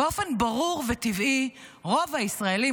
באופן ברור וטבעי רוב הישראלים,